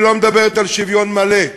היא לא מדברת על שוויון מלא.